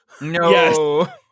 No